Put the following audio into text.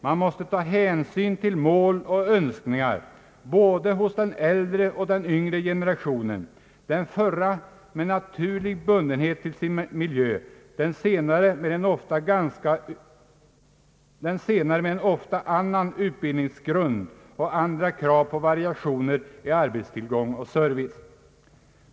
Man måste ta hänsyn till mål och önskningar både hos den äldre och den yngre generationen, den förra med en naturlig bundenhet till sin miljö, den senare med en ofta annorlunda utbildningsbakgrund och andra krav på variation i arbetstillgång och service.